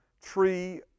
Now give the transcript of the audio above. tree